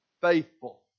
faithful